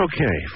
Okay